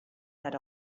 that